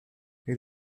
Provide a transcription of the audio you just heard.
elle